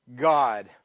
God